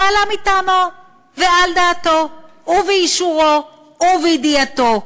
פעלה מטעמו ועל דעתו ובאישורו ובידיעתו,